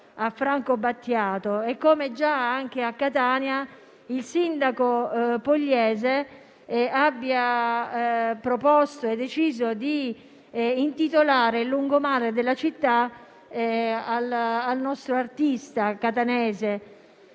a Franco Battiato e come già anche a Catania il sindaco Pogliese abbia proposto e poi deciso di intitolare il lungomare della città al nostro artista catanese.